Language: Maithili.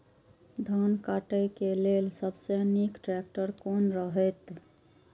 धान काटय के लेल सबसे नीक ट्रैक्टर कोन रहैत?